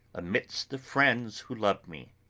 amidst the friends who love me.